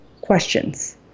questions